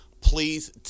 Please